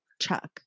chuck